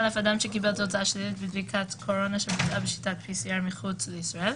אדם שקיבל תוצאה שלילית בבדיקת קורונה שבוצעה בשיטת pcr מחוץ לישראל,